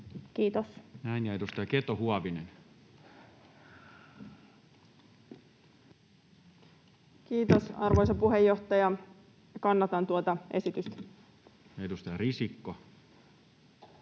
Kiitos. Näin. — Edustaja Keto-Huovinen. Kiitos, arvoisa puheenjohtaja. Kannatan tuota esitystä. Edustaja Risikko.